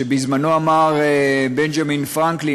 שבזמנו אמר בנג'מין פרנקלין,